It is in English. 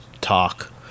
talk